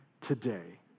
today